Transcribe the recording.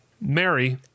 Mary